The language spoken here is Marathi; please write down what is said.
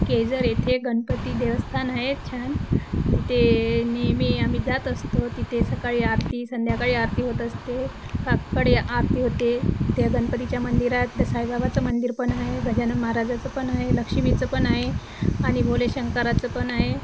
केळझर येथे गणपती देवस्थान आहे छान तिथे नेहमी आम्ही जात असतो तिथे सकाळी आरती संध्याकाळी आरती होत असते काककडे आरती होते त्या गणपतीच्या मंदिरात द साईबाबाचं मंदिर पण आहे गजानन महाराजाचं पण आहे लक्ष्मीचं पण आहे आणि भोलेशंकराचं पण आहे